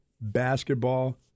basketball